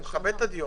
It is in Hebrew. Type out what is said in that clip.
אני מכבד את הדיון.